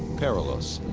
perilaus.